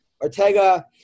Ortega